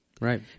right